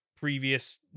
previous